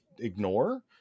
ignore